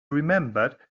remembered